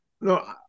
no